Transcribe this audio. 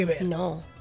no